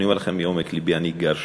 אני גר שם.